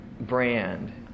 brand